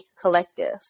collective